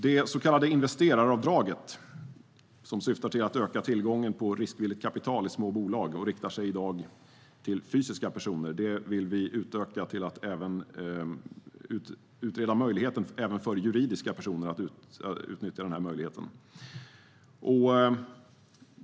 Det så kallade investeraravdraget syftar till att öka tillgången på riskvilligt kapital i små bolag och riktar sig i dag endast till fysiska personer. Det vill vi utöka. Vi vill utreda möjligheten för även juridiska personer att utnyttja denna möjlighet.